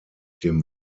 dem